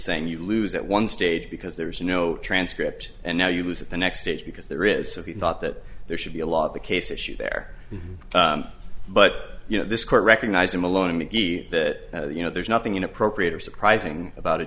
saying you lose at one stage because there is no transcript and now you lose at the next stage because there is so he thought that there should be a lot of the case issues there but you know this court recognized him a lot and again that you know there's nothing inappropriate or surprising about a